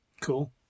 Cool